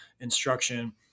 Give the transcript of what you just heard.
instruction